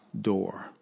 door